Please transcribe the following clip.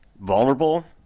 vulnerable